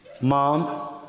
Mom